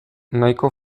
nahiko